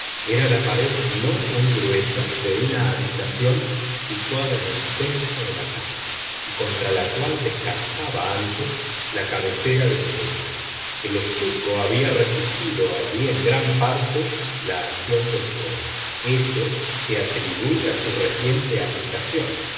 era la pared no muy gruesa de una habitación situada en el centro de la casa y contra la cual descansaba antes la cabecera de mi lecho el estuco había resistido allí en gran parte la acción del fuego hecho que atribuí a su reciente aplicación